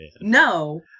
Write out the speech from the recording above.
No